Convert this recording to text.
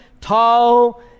tall